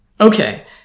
Okay